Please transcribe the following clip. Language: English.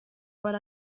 what